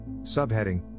Subheading